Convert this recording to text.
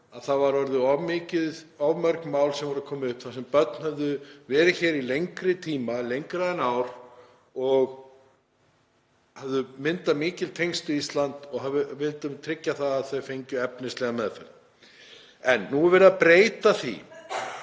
að það höfðu of mörg mál komið upp þar sem börn höfðu verið hér í lengri tíma, lengur en ár, og höfðu myndað mikil tengsl við Ísland og við vildum tryggja það að þau fengju efnislega meðferð. En nú er verið að breyta því